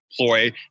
ploy